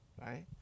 right